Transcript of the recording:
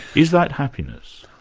is that happiness?